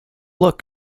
look